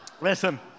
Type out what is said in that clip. Listen